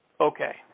Okay